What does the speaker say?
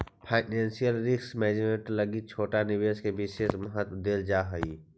financial risk management लगी छोटा निवेश के विशेष महत्व देल जा हई